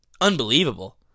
unbelievable